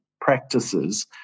practices